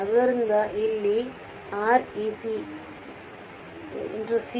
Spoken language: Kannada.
ಆದ್ದರಿಂದ ಇದು ಇಲ್ಲಿ ರೆಕ್ ಆಗಿದೆ ಸಿ